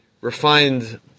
refined